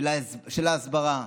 של ההסברה.